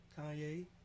Kanye